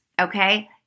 okay